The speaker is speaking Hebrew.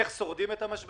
איך שורדים את המשבר?